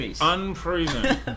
Unproven